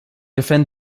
defend